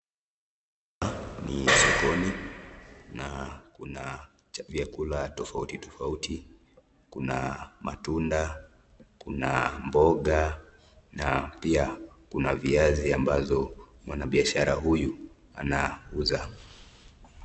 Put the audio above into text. Hapa ni sokoni na kuna vyakula tofauti tofauti kuna matunda kuna mboga na pia kuna viazi ambazo mwanabiashara huyu anauza.